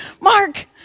Mark